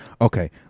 Okay